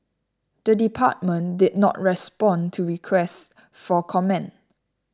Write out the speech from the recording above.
the department did not respond to request for comment